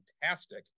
fantastic